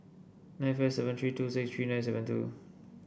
nine five seven three two six three nine seven two